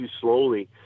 slowly